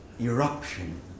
eruption